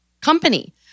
company